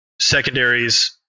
secondaries